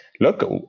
look